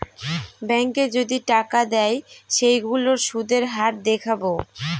ব্যাঙ্কে যদি টাকা দেয় সেইগুলোর সুধের হার দেখাবো